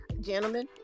gentlemen